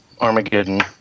Armageddon